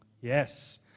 Yes